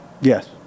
Yes